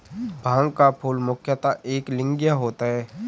भांग का फूल मुख्यतः एकलिंगीय होता है